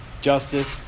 Justice